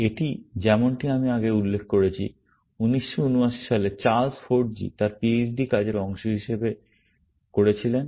এটি যেমনটি আমি আগে উল্লেখ করেছি 1979 সালে চার্লস ফোরজি তার পিএইচডি কাজের অংশ হিসাবে করেছিলেন